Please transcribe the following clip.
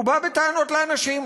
הוא בא בטענות לאנשים,